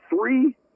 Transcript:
three